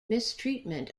mistreatment